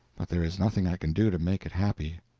but there is nothing i can do to make it happy.